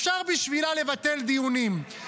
אפשר בשבילה לבטל דיונים.